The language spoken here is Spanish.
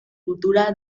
cultura